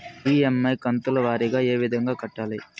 EMI కంతుల వారీగా ఏ విధంగా కట్టాలి